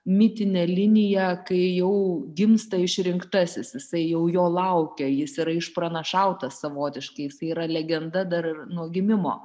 mitinę liniją kai jau gimsta išrinktasis jisai jau jo laukia jis yra išpranašautas savotiškai jisai yra legenda dar nuo gimimo